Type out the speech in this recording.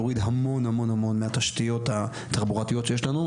יוריד המון המון מהתשתיות התחבורתיות שיש לנו.